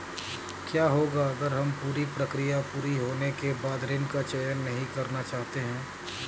क्या होगा अगर हम पूरी प्रक्रिया पूरी होने के बाद ऋण का चयन नहीं करना चाहते हैं?